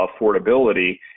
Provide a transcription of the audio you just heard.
affordability